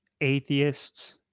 atheists